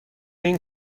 این